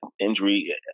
injury